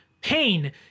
pain